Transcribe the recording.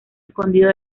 escondido